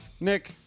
Nick